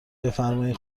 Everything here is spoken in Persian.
بفرمایین